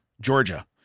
Georgia